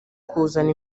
kuzana